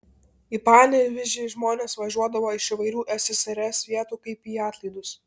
į panevėžį žmonės važiuodavo iš įvairių ssrs vietų kaip į atlaidus